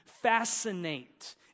fascinate